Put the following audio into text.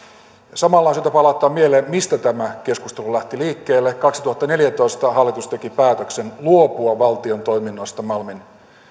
samalla on syytä palauttaa mieleen mistä tämä keskustelu lähti liikkeelle kaksituhattaneljätoista hallitus teki päätöksen luopua valtion toiminnoista malmin